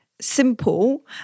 simple